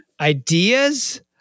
ideas